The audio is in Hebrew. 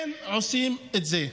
כן עושים את זה.